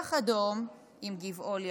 פרח אדום עם גבעול ירוק.